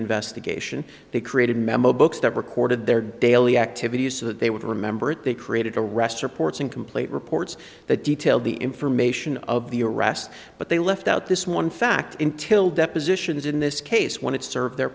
investigation they created a memo books that recorded their daily activities so that they would remember it they created a rest are ports incomplete reports that detail the information of the arrest but they left out this one fact until depositions in this case when it serves their